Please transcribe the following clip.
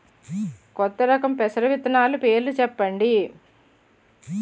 కొత్త రకం పెసర విత్తనాలు పేర్లు చెప్పండి?